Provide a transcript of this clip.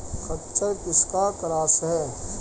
खच्चर किसका क्रास है?